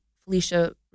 Felicia